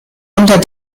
unter